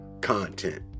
content